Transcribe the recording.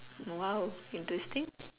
!wow! interesting